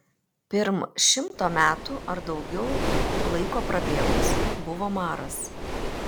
pirm šimto metų ar daugiau laiko prabėgus buvo maras